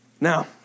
Now